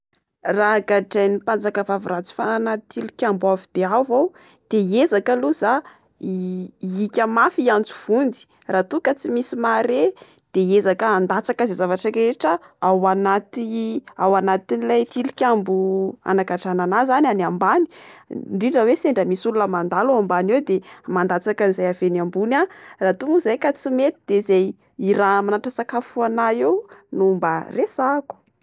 Raha gadrain'ny mpanjakavavy ratsy fanahy anaty tilikambo avo de avo aho de hiezaka aloha za i-ihika mafy hiantso vonjy. Raha toa ka tsy misy mahare, de hiezaka handatsaka izay zavatra rehetra ao anaty- ao anatin'ilay tilikambo anagadrana anà zany- any ambany. Indrindra hoe sendra misy olona mandalo eo ambany eo, de mandatsaka izay avy eny ambony aho. Raha toa moa izay ka tsy mety de izay irahany manatitra sakafo ho anà eo no mba resahako.